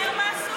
תזכיר מה עשו,